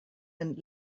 and